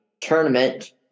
tournament